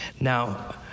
Now